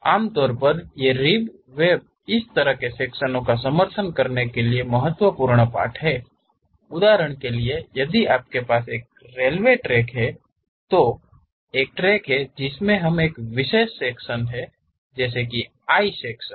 आमतौर पर ये रिब वेब इस तरह के सेक्शनो का समर्थन करने के लिए महत्वपूर्ण पार्ट हैं उदाहरण के लिए यदि आपके पास एक रेलवे ट्रैक है तो एक ट्रैक है जिसमें एक विशेष सेक्शन है जैसे कि आई सेक्शन